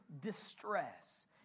distress